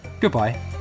goodbye